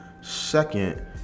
Second